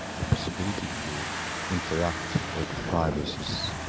the possibility to interact with viruses.